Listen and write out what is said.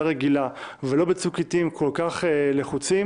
רגילה ולא בצוק עתים כל כך לחוצים,